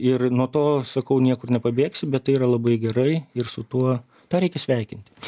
ir nuo to sakau niekur nepabėgsi bet tai yra labai gerai ir su tuo tą reikia sveikinti